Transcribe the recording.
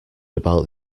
about